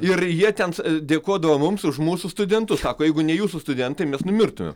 ir jie ten dėkodavo mums už mūsų studentus sako jeigu ne jūsų studentai mes numirtumėm